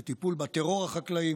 לטיפול בטרור החקלאי,